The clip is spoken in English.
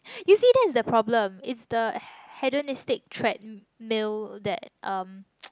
you see that is the problem is the hedonistic threadmill that um